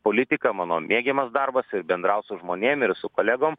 politika mano mėgiamas darbas ir bendraut su žmonėm ir su kolegom